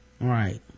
Right